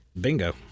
Bingo